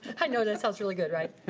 i know that sounds really good, right?